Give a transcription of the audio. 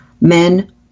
men